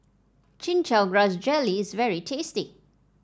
Chin Chow Grass Jelly is very tasty